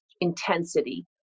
intensity